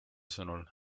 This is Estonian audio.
sõnul